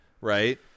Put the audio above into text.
Right